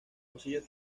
poseyó